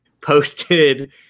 posted